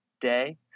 day